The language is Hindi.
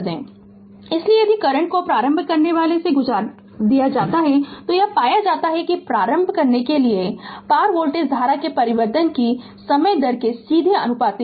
Refer Slide Time 0942 इसलिए यदि करंट को एक प्रारंभ करने वाला से गुजरने दिया जाता है तो यह पाया जाता है कि प्रारंभ करने के पार वोल्टेज धारा के परिवर्तन की समय दर के सीधे आनुपातिक है